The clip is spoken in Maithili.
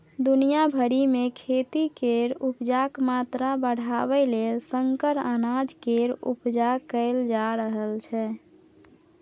दुनिया भरि मे खेती केर उपजाक मात्रा बढ़ाबय लेल संकर अनाज केर उपजा कएल जा रहल छै